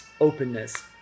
Openness